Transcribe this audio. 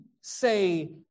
say